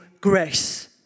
grace